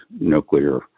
nuclear